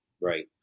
right